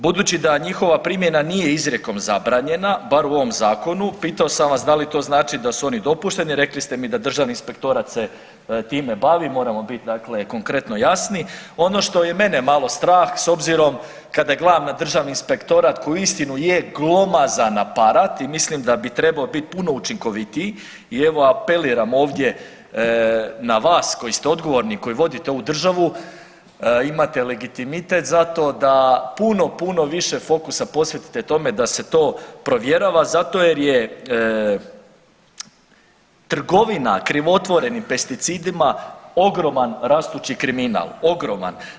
Budući da njihova primjena nije izrijekom zabranjena, bar u ovom zakonu, pitao sam vas da li to znači da su oni dopušteni, rekli ste mi da Državni inspektorat se time bavi, moramo biti dakle konkretno jasni, ono što je mene malo strah s obzirom kada gledam na Državni inspektorat koji uistinu je glomazan aparat i mislim da bi trebao biti puno učinkovitiji i evo apeliram ovdje na vas koji ste odgovorni i koji vodite ovu državu, imate legitimitet za to da puno, puno više fokusa posvetite tome da se to provjerava zato jer je trgovina krivotvorenim pesticidima ogroman rastući kriminal, ogroman.